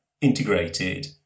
integrated